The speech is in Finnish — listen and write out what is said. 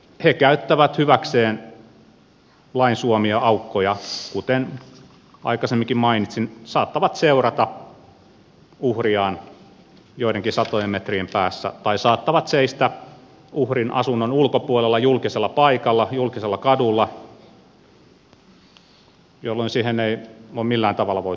he käyttävät hyväkseen lain suomia aukkoja kuten aikaisemminkin mainitsin saattavat seurata uhriaan joidenkin satojen metrien päässä tai saattavat seistä uhrin asunnon ulkopuolella julkisella paikalla julkisella kadulla jolloin siihen ei ole millään tavalla voitu puuttua